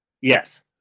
Yes